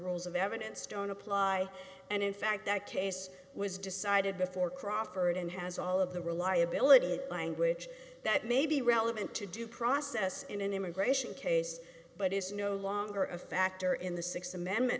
rules of evidence don't apply and in fact that case was decided before crawford and has all of the reliability language that may be relevant to due process in an immigration case but is no longer a factor in the th amendment